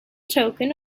token